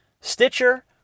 Stitcher